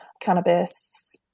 cannabis